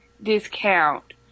discount